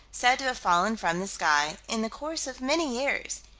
said to have fallen from the sky, in the course of many years.